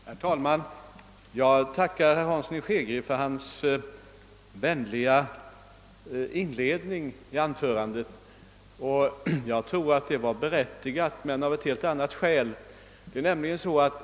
Herr talman! Jag tackar herr Hansson i Skegrie för hans vänliga inledning av anförandet. Jag tror att detta var berättigat men av ett helt annat skäl.